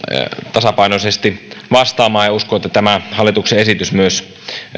tasapainoisesti vastaamaan uskon että tämä hallituksen esitys